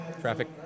traffic